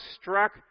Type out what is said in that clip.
struck